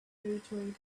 reiterated